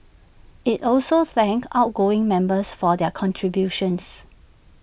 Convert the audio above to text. IT also thanked outgoing members for their contributions